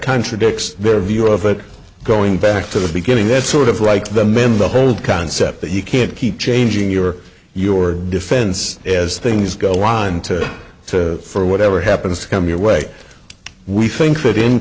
contradicts their view of it going back to the beginning that sort of like the men the whole concept that you can't keep changing your your defense as things go on to for whatever happens to come your way we think that in